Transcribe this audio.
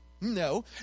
No